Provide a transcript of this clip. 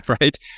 Right